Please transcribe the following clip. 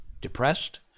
depressed